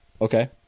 Okay